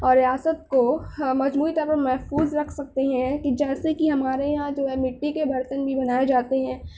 اور ریاست کو مجموعی طور پر محفوظ رکھ سکتے ہیں کہ جیسے کہ ہمارے یہاں جو ہے مٹی کے برتن بھی بنائے جاتے ہیں